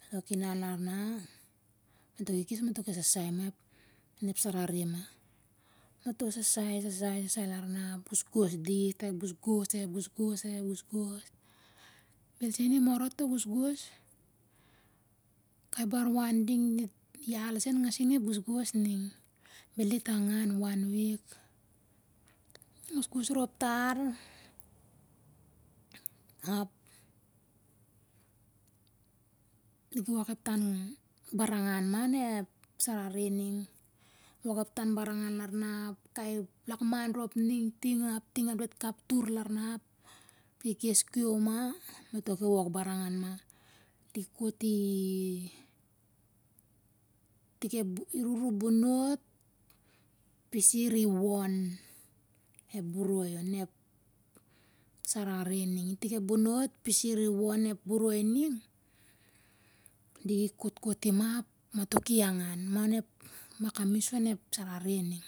Mato kinan lama mato ki kes mato ki sasai ma ep onep sarere ma mato sasai sasai larna ep gosgos dit kai gosgos gosgos gosgos belsen imoroto gosgos kai bar wan ding dit ial sen ngasin iip gosgos ning bel dit angan wan wik gosgos rop tar ap diki wok ep tan banangan ma onep sarere ning wok ep tan banangan ralna ap kai lakma rop ning ting ap ting ap dat kaptur larna ap diki kes kiom ma mato ki wok banangan ma di koti tik ep bon iruru bonot pisir iwon ep boroi onep sarere ning itik ep bomot pisir iwon ep boroi ning diki kotkotima ap mato ki angan ma onep akamis onnep sarere ning